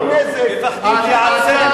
מפחדים,